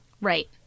Right